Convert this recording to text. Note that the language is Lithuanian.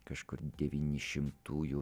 kažkur devyni šimtųjų